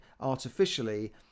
artificially